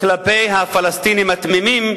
כלפי הפלסטינים התמימים